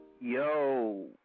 Yo